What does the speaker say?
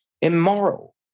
immoral